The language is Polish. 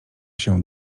się